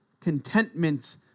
contentment